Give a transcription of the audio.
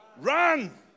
Run